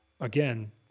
again